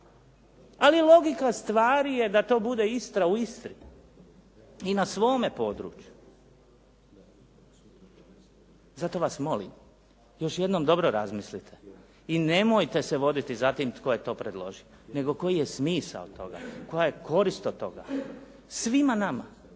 Ali logika stvari je da to bude Istra u Istri i na svome području. Zato vas molim, još jednom dobro razmislite i nemojte se voditi za tim tko je to predložio nego koji je smisao toga, koja je korist od toga svima nama